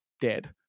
dead